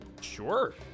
sure